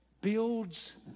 builds